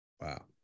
wow